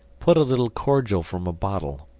put a little cordial from a bottle,